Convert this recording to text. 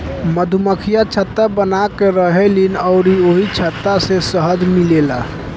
मधुमक्खियाँ छत्ता बनाके रहेलीन अउरी ओही छत्ता से शहद मिलेला